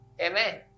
Amen